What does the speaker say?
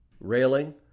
railing